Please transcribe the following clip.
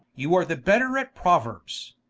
you are the better at prouerbs,